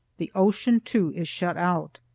the ocean, too, is shut out.